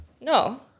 no